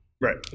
right